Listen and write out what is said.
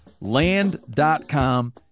Land.com